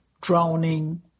drowning